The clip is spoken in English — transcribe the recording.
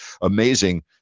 amazing